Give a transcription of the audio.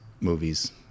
movies